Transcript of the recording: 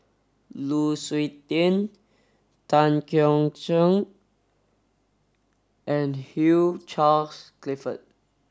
Lu Suitin Tan Keong Choon and Hugh Charles Clifford